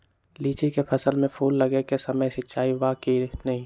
लीची के फसल में फूल लगे के समय सिंचाई बा कि नही?